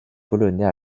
polonais